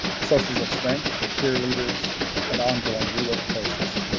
sources of strength for peer leaders and ongoing ruler courses.